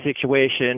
situation